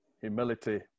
humility